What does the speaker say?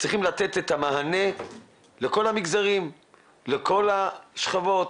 צריכים לתת את המענה לכל המגזרים ולכל השכבות,